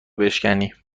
بشکنی